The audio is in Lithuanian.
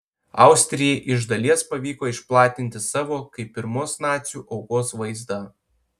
austrijai iš dalies pavyko išplatinti savo kaip pirmos nacių aukos vaizdą